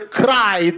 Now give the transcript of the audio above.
cry